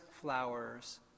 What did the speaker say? flowers